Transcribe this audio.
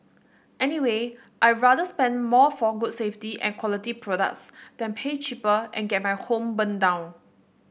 anyway I'd rather spend more for good safety and quality products than pay cheaper and get my home burnt down